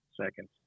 seconds